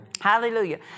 Hallelujah